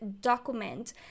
document